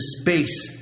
space